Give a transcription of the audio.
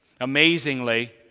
amazingly